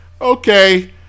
okay